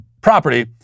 property